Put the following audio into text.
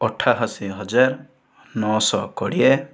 ଅଠାଅଶୀ ହଜାର ନଅଶହ କୋଡ଼ିଏ